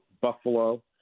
Buffalo